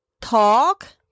Talk